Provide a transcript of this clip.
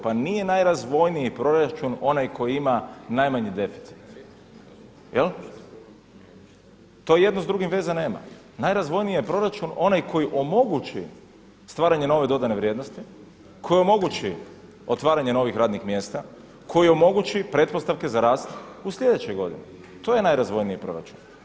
Pa nije najrazvojniji proračun onaj koji ima najmanji deficit jel, to jedno s drugim veze nema. najrazvojniji proračun onaj koji omogući stvaranje nove dodane vrijednosti, koji omogući otvaranje novih radnih mjesta, koji omogući pretpostavke za rast u sljedećoj godini, to je najrazvojniji proračun.